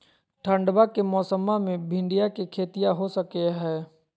ठंडबा के मौसमा मे भिंडया के खेतीया हो सकये है?